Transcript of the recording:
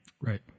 Right